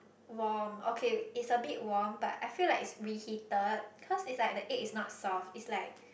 warm okay it's a bit warm but I feel like it's reheated cause it's like the egg is not soft it's like